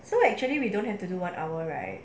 so actually we don't have to do one hour right